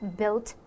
built